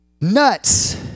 Nuts